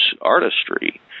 artistry